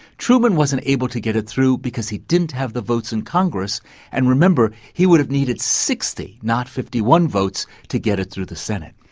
truman wasn't able to get it through because he didn't have the votes in congress and remember, he would have needed sixty, not fifty one votes to get it through the senate.